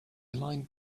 aligned